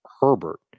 Herbert